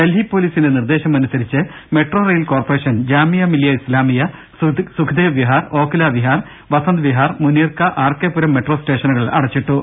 ഡൽഹി പൊലീസിന്റെ നിർദ്ദേശമനുസരിച്ച് metro rail corporation Jamia Millia Islamia Sukhdev Vihar Okhla Vihar Vasant Vihar Munirka R K Puram metro സ്റ്റേഷനുകൾ അടച്ചിട്ടു